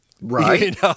Right